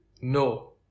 No